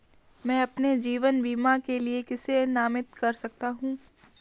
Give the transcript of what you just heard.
मैं अपने जीवन बीमा के लिए किसे नामित कर सकता हूं?